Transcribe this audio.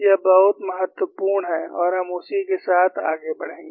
यह बहुत महत्वपूर्ण है और हम उसी के साथ आगे बढ़ेंगे